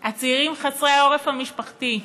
הצעירים חסרי העורף המשפחתי,